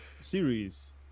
series